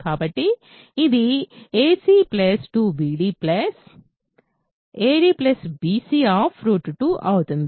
కాబట్టి ఇది ac 2 bd ad bc 2 అవుతుంది